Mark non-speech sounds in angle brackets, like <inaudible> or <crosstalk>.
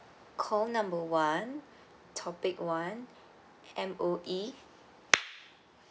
call number one topic one M_O_E <noise>